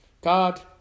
God